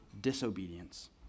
disobedience